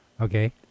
Okay